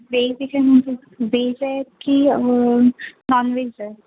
veg आहे की non veg आहे